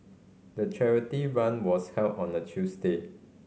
the charity run was held on a Tuesday